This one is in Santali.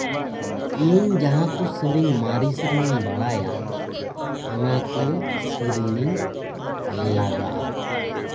ᱤᱧ ᱡᱟᱦᱟᱸ ᱠᱩ ᱥᱤᱨᱤᱧ ᱢᱟᱨᱮ ᱥᱤᱨᱤᱧᱤᱧ ᱵᱟᱲᱟᱭᱟ ᱚᱱᱟᱠᱩ ᱥᱤᱨᱤᱧᱤᱧ ᱞᱟᱜᱟᱜᱼᱟ